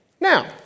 Now